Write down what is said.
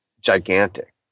gigantic